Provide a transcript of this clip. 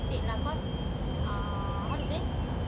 the number